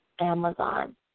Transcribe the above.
Amazon